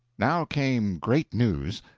now came great news!